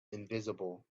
invisible